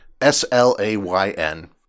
S-L-A-Y-N